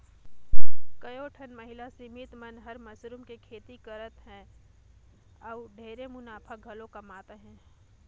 कयोठन महिला समिति मन हर मसरूम के खेती करत हें अउ ढेरे मुनाफा घलो कमात अहे